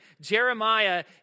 Jeremiah